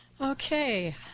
Okay